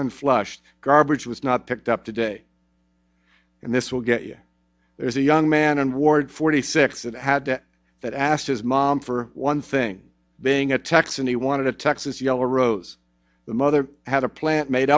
when flushed garbage was not picked up today and this will get you there is a young man and ward forty six it had that asked his mom for one thing being a texan he wanted a texas yellow rose the mother had a plant made